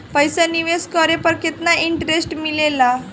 पईसा निवेश करे पर केतना इंटरेस्ट मिलेला?